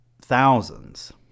thousands